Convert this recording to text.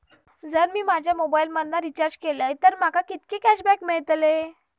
जर मी माझ्या मोबाईल मधन रिचार्ज केलय तर माका कितके कॅशबॅक मेळतले?